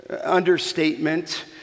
understatement